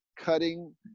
cutting